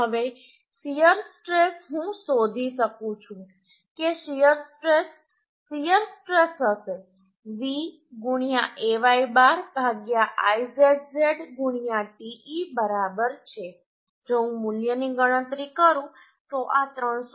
હવે shear stress હું શોધી શકું છું કે શીયર સ્ટ્રેસ શીયર સ્ટ્રેસ હશે V Ay bar Izz te બરાબર છે જો હું મૂલ્યની ગણતરી કરું તો આ 351